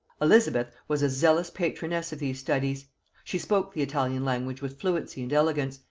elizabeth was a zealous patroness of these studies she spoke the italian language with fluency and elegance,